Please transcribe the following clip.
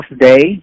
day